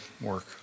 work